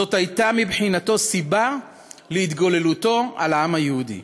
זאת הייתה מבחינתו סיבה להתגוללותו על העם היהודי,